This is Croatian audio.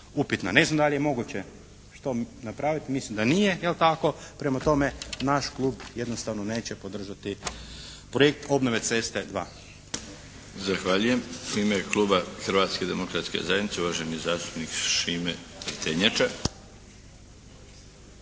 Ne znam da li je moguće što napraviti. Mislim da nije, jel tako. Prema tome naš klub jednostavno neće podržati projekt "Obnove ceste II". **Milinović, Darko (HDZ)** Zahvaljujem. U ime kluba Hrvatske demokratske zajednice, uvaženi zastupnik Šime Prtenjača.